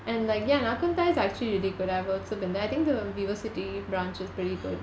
and like ya nakhon thai's are actually really good I've also been there I think the vivocity branch is pretty good